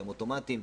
שהם אוטומטיים.